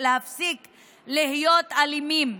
להפסיק להיות אלימים,